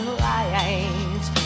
light